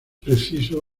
preciso